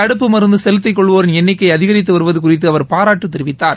தடுப்பு மருந்து செலுத்திக் கொள்வோரின் என்னிக்கை அதிகரித்து வருவது குறித்து அவர் பாராட்டுத் தெரிவித்தார்